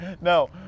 no